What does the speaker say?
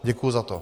Děkuji za to.